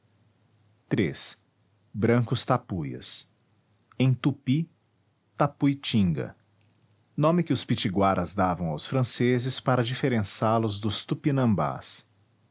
iii brancos tapuias em tupi tapuitinga nome que os pitiguaras davam aos franceses para diferençá los dos tupinambás